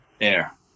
air